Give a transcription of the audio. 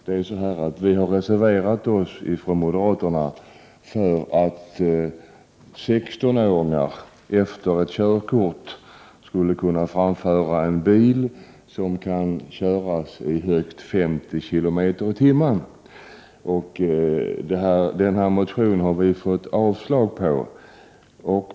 Vi har från moderaterna reserverat oss för att 16-åringar, efter att ha erhållit ett körkort, skulle kunna framföra en bil som kan köras i högst 50 kilometer per timme. Utskottet har yrkat avslag på vår motion.